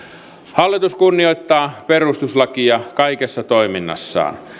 hallitus kunnioittaa perustuslakia kaikessa toiminnassaan